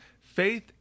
Faith